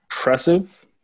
impressive